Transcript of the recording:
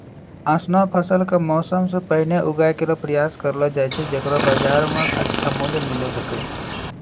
ऑसनो फसल क मौसम सें पहिने उगाय केरो प्रयास करलो जाय छै जेकरो बाजार म अच्छा मूल्य मिले सके